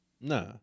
Nah